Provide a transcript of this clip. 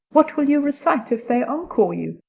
what will you recite if they encore you?